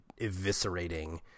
eviscerating